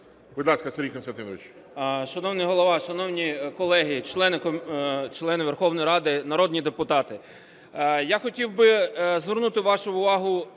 Будь ласка, Сергій Костянтинович. 11:03:24 ІОНУШАС С.К. Шановний Голово, шановні колеги, члени Верховної Ради, народні депутати! Я хотів би звернути вашу увагу